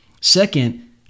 second